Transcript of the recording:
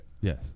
Yes